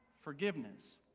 forgiveness